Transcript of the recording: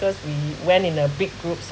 we went in a big group